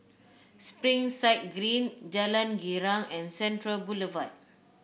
Springside Green Jalan Girang and Central Boulevard